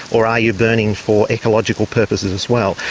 or are you burning for ecological purposes as well?